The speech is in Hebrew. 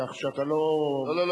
זה לא משנה,